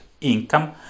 income